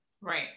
Right